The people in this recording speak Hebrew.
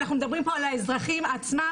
אנחנו מדברים פה על האזרחים עצמם,